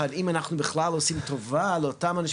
אם אנחנו בכלל עושים טובה לאותם אנשים,